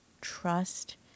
trust